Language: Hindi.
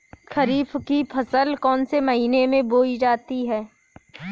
खरीफ की फसल कौन से महीने में बोई जाती है?